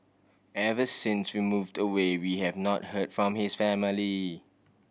ever since we moved away we have not heard from his family